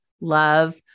love